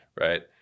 right